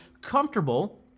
comfortable